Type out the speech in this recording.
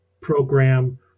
program